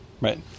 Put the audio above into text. right